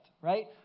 right